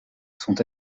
sont